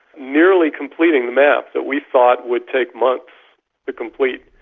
nearly completing the map that we thought would take months to complete,